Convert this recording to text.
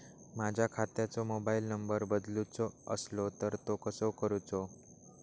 माझ्या खात्याचो mobile number बदलुचो असलो तर तो कसो करूचो?